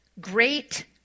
great